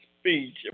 speech